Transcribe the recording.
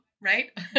right